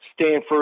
Stanford